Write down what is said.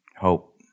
hope